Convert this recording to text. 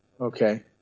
okay